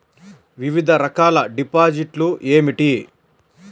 వివిధ రకాల డిపాజిట్లు ఏమిటీ?